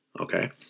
okay